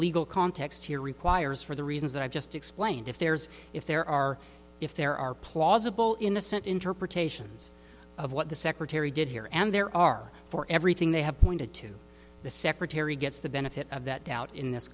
legal context here requires for the reasons that i've just explained if there's if there are if there are plausible innocent interpretations of what the secretary did here and there are for everything they have pointed to the secretary gets the benefit of that doubt in this